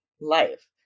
life